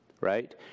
right